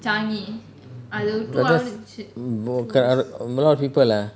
but just a lot of people ah